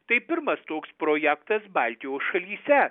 tai pirmas toks projektas baltijos šalyse